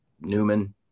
newman